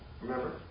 Remember